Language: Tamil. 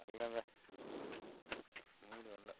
அவ்வளோதான் மூடு வர்லை